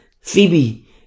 Phoebe